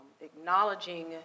acknowledging